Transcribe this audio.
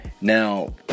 Now